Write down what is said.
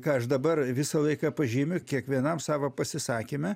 ką aš dabar visą laiką pažymiu kiekvienam savo pasisakyme